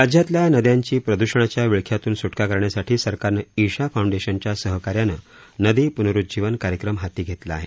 राज्यातल्या नद्यांची प्रदूषणाच्या विळख्यातून सुटका करण्यासाठी सरकारनं ईशा फाऊंडेशनच्या सहकार्यानं नदी पुनरुज्जीवन कार्यक्रम हाती घेतला आहे